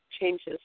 changes